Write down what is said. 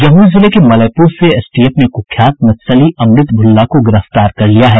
जमुई जिले के मलयपुर से एसटीएफ ने कुख्यात नक्सली अमृत भुल्ला को गिरफ्तार कर लिया है